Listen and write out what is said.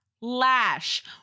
lash